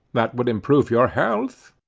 that would improve your health.